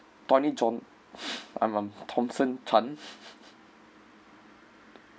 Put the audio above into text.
tony john I'm I'm thomson tan